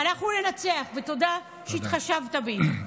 אנחנו ננצח, ותודה שהתחשבת בי.